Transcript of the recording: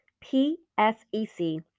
P-S-E-C